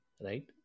right